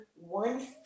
one